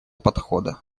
подхода